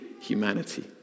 humanity